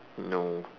no